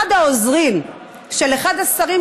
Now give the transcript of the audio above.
אחד העוזרים של אחד השרים,